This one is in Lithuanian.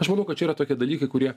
aš manau kad čia yra tokie dalykai kurie